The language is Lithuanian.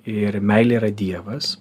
ir meilė yra dievas